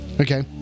okay